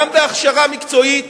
גם בהכשרה מקצועית